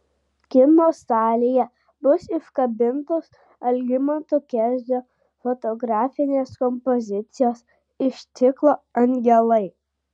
kino salėje bus iškabintos algimanto kezio fotografinės kompozicijos iš ciklo angelai